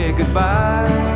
goodbye